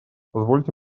позвольте